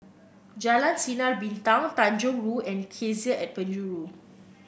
Jalan Sinar Bintang Tanjong Rhu and Cassia at Penjuru